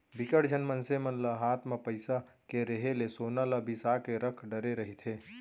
बिकट झन मनसे मन हात म पइसा के रेहे ले सोना ल बिसा के रख डरे रहिथे